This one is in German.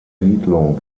siedlung